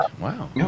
Wow